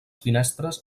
finestres